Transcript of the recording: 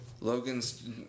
Logan's